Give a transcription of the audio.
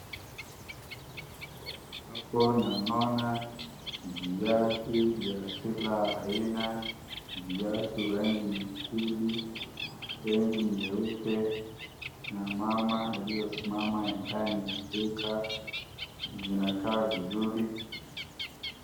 Hapo naona viatu vya kila aina, viatu rangi nyekundu, rangi nyeupe, na mama aliyesimama ndani ya duka zinakaa vizuri.